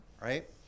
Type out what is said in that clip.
right